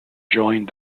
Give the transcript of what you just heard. joined